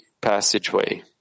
passageway